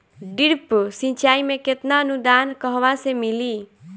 Drip सिंचाई मे केतना अनुदान कहवा से मिली?